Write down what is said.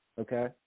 okay